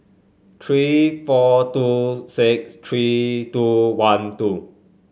three four two six three two one two